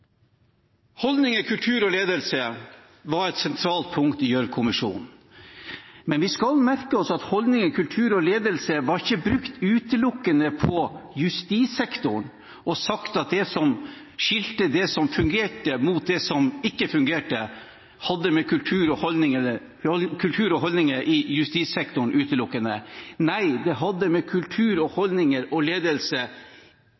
men vi skal merke oss at holdninger, kultur og ledelse ikke utelukkende ble brukt om justissektoren, og at det som skilte det som fungerte, fra det som ikke fungerte, utelukkende hadde med kultur og holdninger i justissektoren å gjøre. Nei, det hadde å gjøre med kultur, holdninger og ledelse